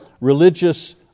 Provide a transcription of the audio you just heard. religious